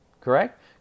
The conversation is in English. correct